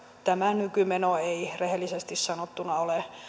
tämä nykymeno ei rehellisesti sanottuna ole